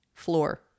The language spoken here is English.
floor